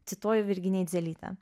cituoju virginiją eidzelytę